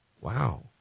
wow